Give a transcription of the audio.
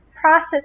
process